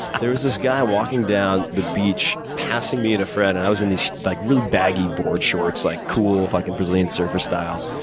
there was this man walking down the beach, passing me and a friend, and i was in these like really baggy board shorts, like, cool fucking brazilian surfer style.